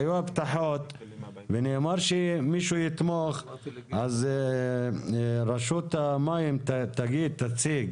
היו הבטחות ונאמר שמישהו ייתמוך אז רשות המים תציג